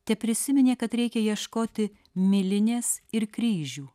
teprisiminė kad reikia ieškoti milinės ir kryžių